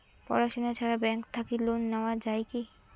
পড়াশুনা ছাড়া ব্যাংক থাকি লোন নেওয়া যায় কি?